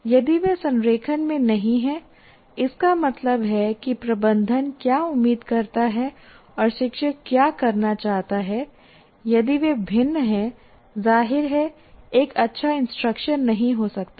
यदि वे संरेखण में नहीं हैं इसका मतलब है कि प्रबंधन क्या उम्मीद करता है और शिक्षक क्या करना चाहता है यदि वे भिन्न हैं जाहिर है एक अच्छा इंस्ट्रक्शन नहीं हो सकता है